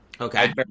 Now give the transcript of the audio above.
Okay